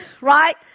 Right